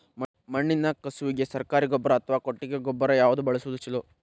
ಮಣ್ಣಿನ ಕಸುವಿಗೆ ಸರಕಾರಿ ಗೊಬ್ಬರ ಅಥವಾ ಕೊಟ್ಟಿಗೆ ಗೊಬ್ಬರ ಯಾವ್ದು ಬಳಸುವುದು ಛಲೋ?